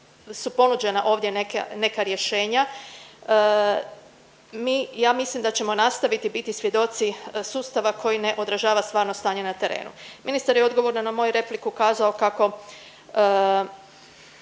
su ponuđena ovdje neke, neka rješenja mi ja mislim da ćemo nastaviti biti svjedoci sustava koji ne odražava stvarno stanje na terenu. Ministar je odgovor na moju repliku kazao kako,